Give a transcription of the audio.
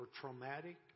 traumatic